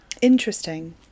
Interesting